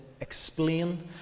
explain